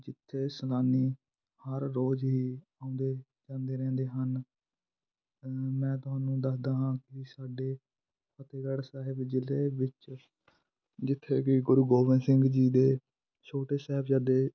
ਜਿੱਥੇ ਸੈਲਾਨੀ ਹਰ ਰੋਜ਼ ਹੀ ਆਉਂਦੇ ਜਾਂਦੇ ਰਹਿੰਦੇ ਹਨ ਮੈਂ ਤੁਹਾਨੂੰ ਦੱਸਦਾ ਹਾਂ ਕਿ ਸਾਡੇ ਫਤਿਹਗੜ੍ਹ ਸਾਹਿਬ ਜ਼ਿਲ੍ਹੇ ਵਿੱਚ ਜਿੱਥੇ ਕਿ ਗੁਰੂ ਗੋਬਿੰਦ ਸਿੰਘ ਜੀ ਦੇ ਛੋਟੇ ਸਾਹਿਬਜ਼ਾਦੇ